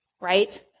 right